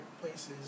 places